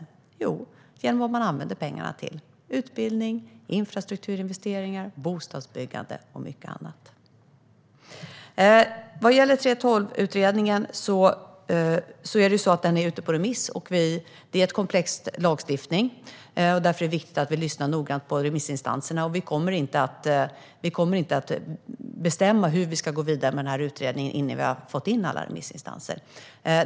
Detta sker genom att pengarna används till utbildning, infrastrukturinvesteringar, bostadsbyggande och mycket annat. 3:12-utredningen är ute på remiss. Denna lagstiftning är komplex, och det är därför viktigt att vi lyssnar noga på remissinstanserna. Vi kommer inte att bestämma hur vi ska gå vidare med denna utredning innan vi har fått in synpunkter från alla remissinstanser.